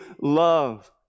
love